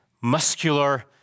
muscular